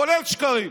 כולל שקרים.